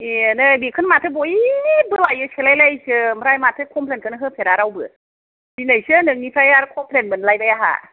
ए नै बेखौनो माथो बयबो लायो थोलाय लायैसो ओमफ्राय माथो कमफ्लेन खौनो होफेरा रावबो दिनैसो नोंनिफ्राय आरो कमफ्लेन मोनलायबाय आंहा